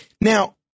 Now